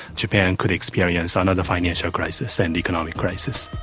japan could experience another financial crisis and economic crisis.